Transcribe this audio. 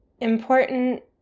important